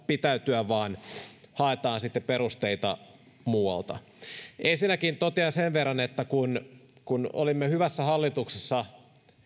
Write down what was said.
pitäytyä vaan haetaan sitten perusteita muualta ensinnäkin totean sen verran että kun kun olimme hyvässä hallituksessa